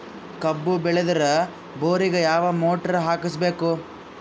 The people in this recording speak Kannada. ಕಬ್ಬು ಬೇಳದರ್ ಬೋರಿಗ ಯಾವ ಮೋಟ್ರ ಹಾಕಿಸಬೇಕು?